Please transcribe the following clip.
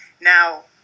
Now